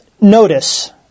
notice